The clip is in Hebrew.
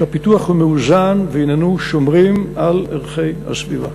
כשהפיתוח הוא מאוזן והננו שומרים על ערכי הסביבה.